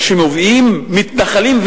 מביאים מתנחלים,